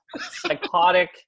psychotic